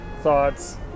thoughts